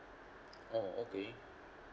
oh okay